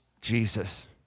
Jesus